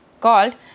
called